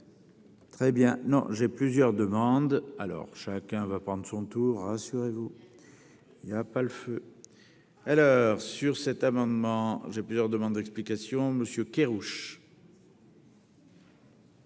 Très bien. Non j'ai plusieurs demandes alors chacun va prendre son tour rassurez-vous. Il y a pas le feu. À l'heure sur cet amendement, j'ai plusieurs demandes d'explications, monsieur Kerrouche.